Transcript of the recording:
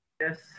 Yes